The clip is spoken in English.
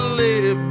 lady